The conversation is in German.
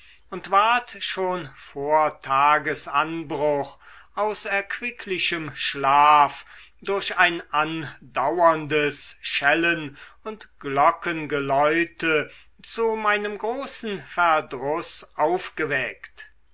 und ward schon vor tagesanbruch aus erquicklichem schlaf durch ein andauerndes schellen und glockengeläute zu meinem großen verdruß aufgeweckt